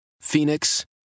Phoenix